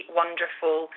wonderful